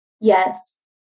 Yes